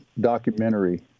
documentary